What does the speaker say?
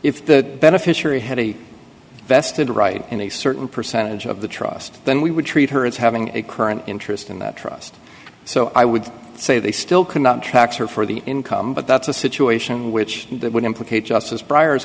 if the beneficiary had a vested right in a certain percentage of the trust then we would treat her as having a current interest in that trust so i would say they still could not track her for the income but that's a situation which would implicate justice briar